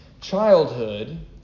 Childhood